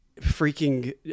freaking